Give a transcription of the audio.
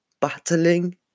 battling